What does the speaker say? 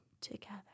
together